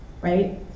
Right